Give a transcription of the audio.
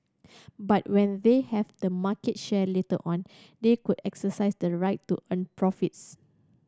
but when they have the market share later on they could exercise the right to earn profits